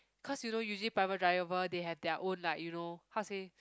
cause you know usually private driver they have their own like you know how to say